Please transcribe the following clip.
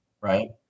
right